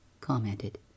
commented